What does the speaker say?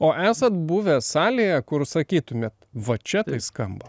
o esat buvęs salėje kur sakytumėt va čia tai skamba